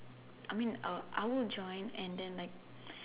I mean I will I will join and then like